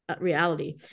reality